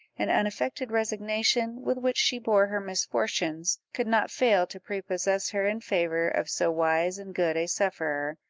and unaffected resignation with which she bore her misfortunes, could not fail to prepossess her in favour of so wise and good a sufferer,